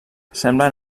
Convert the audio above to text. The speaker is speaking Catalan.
semblen